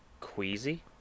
queasy